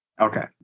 Okay